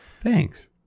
Thanks